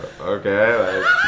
okay